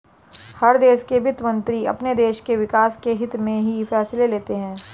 हर देश के वित्त मंत्री अपने देश के विकास के हित्त में ही फैसले लेते हैं